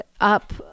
up